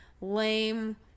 lame